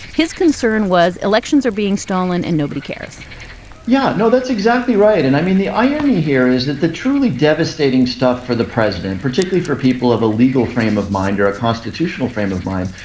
his concern was elections are being stolen and nobody cares yeah. no that's exactly right and i mean the irony here is that the truly devastating stuff for the president particularly for people of a legal frame of mind your ah constitutional frame of mind.